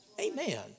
Amen